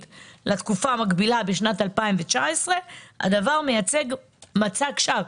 לתקופה המקבילה בשנת 2019. הדבר מייצג מצג שווא.